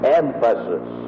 emphasis